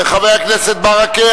חבר הכנסת ברכה,